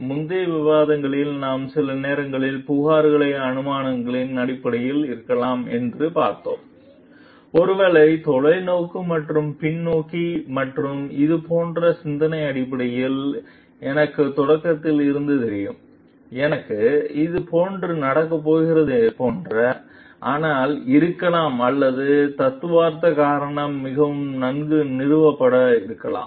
முந்தைய விவாதங்களில் நாம் சில நேரங்களில் புகார்கள் அனுமானங்களின் அடிப்படையில் இருக்கலாம் என்று பார்த்தோம் ஒருவேளை தொலைநோக்கு மற்றும் பின்னோக்கி மற்றும் இது போன்ற சிந்தனை அடிப்படையில் என்னக்கு தொடக்கத்தில் இருந்து தெரியும் என்னக்கு இது போன்று நடக்க போகிறது போன்ற ஆனால் இருக்கலாம் அல்லது தத்துவார்த்த காரண மிகவும் நன்கு நிறுவப்பட இருக்கலாம்